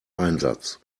einsatz